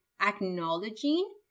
acknowledging